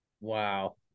Wow